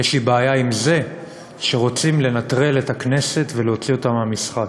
יש לי בעיה עם זה שרוצים לנטרל את הכנסת ולהוציא אותה מהמשחק.